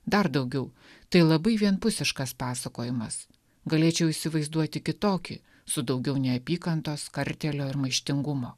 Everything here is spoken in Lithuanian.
dar daugiau tai labai vienpusiškas pasakojimas galėčiau įsivaizduoti kitokį su daugiau neapykantos kartėlio ir maištingumo